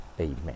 Amen